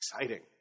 exciting